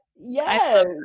yes